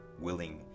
willing